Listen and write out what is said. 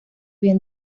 bien